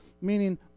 meaning